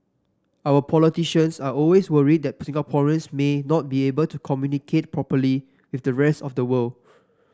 our politicians are always worried that Singaporeans may not be able to communicate properly with the rest of the world